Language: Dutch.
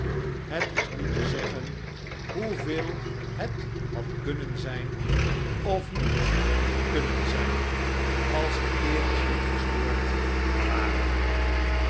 het is niet te zeggen hoeveel het had kunnen zijn of niet kunnen zijn als de kerels niet gestoord war